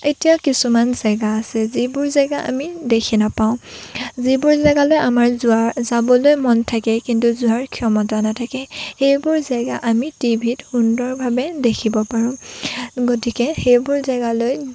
এতিয়া কিছুমান জেগা আছে যিবোৰ জেগা আমি দেখি নাপাওঁ যিবোৰ জেগালৈ আমাৰ যোৱাৰ যাবলৈ মন থাকে কিন্তু যোৱাৰ ক্ষমতা নাথাকে সেইবোৰ জেগা আমি টিভিত সুন্দৰভাৱে দেখিব পাৰোঁ গতিকে সেইবোৰ জেগালৈ